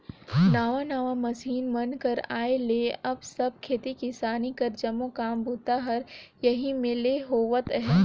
नावा नावा मसीन मन कर आए ले अब सब खेती किसानी कर जम्मो काम बूता हर एही मे ले होवत अहे